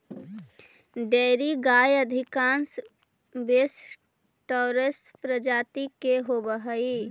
dairy गाय अधिकांश Bos taurus प्रजाति के होवऽ हइ